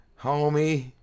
homie